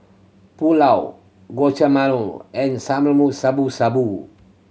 Pulao Guacamole and Shabu Shabu